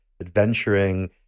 Adventuring